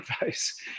advice